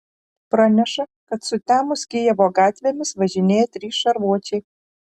praneša kad sutemus kijevo gatvėmis važinėja trys šarvuočiai